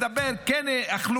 הוא מדבר על אם כן אכלו,